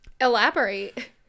Elaborate